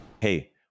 Hey